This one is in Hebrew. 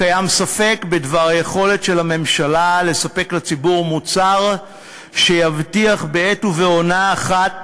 קיים ספק בדבר יכולתה של הממשלה לספק לציבור מוצר שיבטיח בעת ובעונה אחת